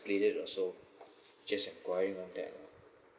split it or so just enquiring on that